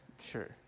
Sure